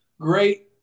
Great